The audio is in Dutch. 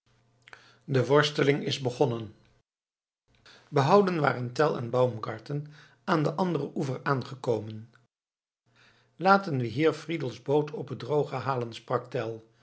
de worsteling is begonnen behouden waren tell en baumgarten aan den anderen oever aangekomen laten we hier friedels boot op het droge halen